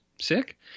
Sick